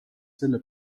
selle